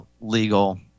legal